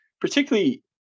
Particularly